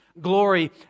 Glory